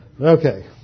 okay